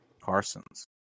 Carson's